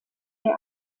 der